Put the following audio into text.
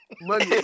Money